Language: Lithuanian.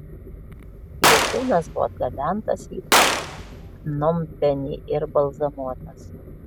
jo kūnas buvo atgabentas į pnompenį ir balzamuotas